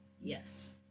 Yes